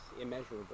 immeasurable